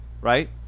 right